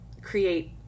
create